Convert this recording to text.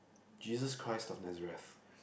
Jesus-Christ of Nazareth